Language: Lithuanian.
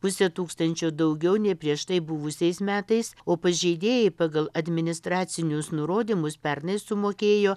pusė tūkstančio daugiau nei prieš tai buvusiais metais o pažeidėjai pagal administracinius nurodymus pernai sumokėjo